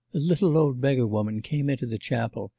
a little old beggar-woman came into the chapel,